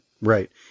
right